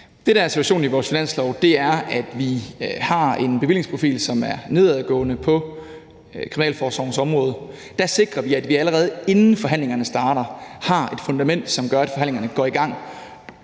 Det, der er situationen i vores finanslov, er, at vi har en bevillingsprofil, som er nedadgående på kriminalforsorgens område. Der sikrer vi, at vi, allerede inden forhandlingerne starter, har et fundament, som gør, at forhandlingerne går i gang